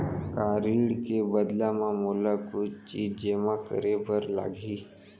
का ऋण के बदला म मोला कुछ चीज जेमा करे बर लागही?